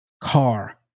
car